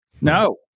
No